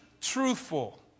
truthful